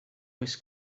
oes